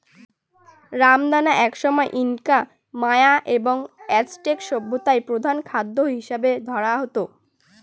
রামদানা একসময় Inca, Maya এবং অ্যাজটেক সভ্যতায় প্রধান খাদ্য হিসাবে ধরা হত